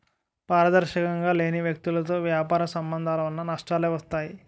పారదర్శకంగా లేని వ్యక్తులతో వ్యాపార సంబంధాల వలన నష్టాలే వస్తాయి